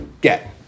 get